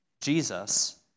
Jesus